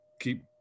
keep